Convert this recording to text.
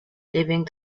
living